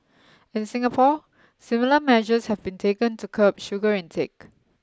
in Singapore similar measures have been taken to curb sugar intake